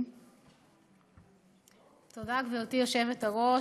גברתי היושבת-ראש,